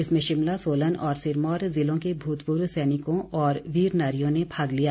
इसमें शिमला सोलन और सिरमौर ज़िलों के भूतपूर्व सैनिकों और वीर नारियों ने भाग लिया